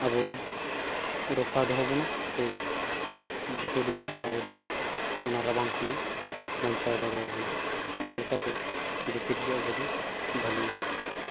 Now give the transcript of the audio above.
ᱟᱵᱚᱭ ᱨᱚᱯᱷᱟ ᱫᱚᱦᱚᱵᱚᱱᱟ ᱥᱮ ᱡᱮᱠᱮᱴ ᱜᱮ ᱟᱵᱚ ᱫᱚᱭ ᱚᱱᱟ ᱨᱟᱵᱟᱝ ᱠᱷᱚᱱᱮ ᱵᱟᱧᱪᱟᱣ ᱫᱟᱲᱮᱣᱟᱵᱚᱱᱟ ᱚᱱᱟ ᱞᱮᱠᱟᱛᱮ ᱡᱮᱠᱮᱴ ᱜᱮ ᱟᱵᱚ ᱫᱚ ᱵᱷᱟᱹᱞᱤᱭᱟ